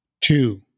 two